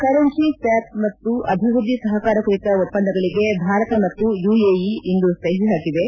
currency swap ಮತ್ತು ಅಭಿವೃದ್ಧಿ ಸಹಕಾರ ಕುರಿತ ಒಪ್ಪಂದಗಳಿಗೆ ಭಾರತ ಮತ್ತು ಯುಎಇ ಇಂದು ಸಹಿ ಹಾಕಿವೆ